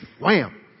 wham